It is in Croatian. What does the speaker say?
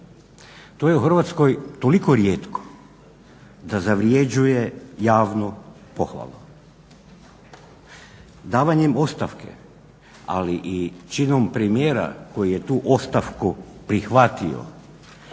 To je u Hrvatskoj toliko rijetko da zavrjeđuje javnu pohvalu. Davanjem ostavke, ali i činom premijera koji je tu ostavku prihvatio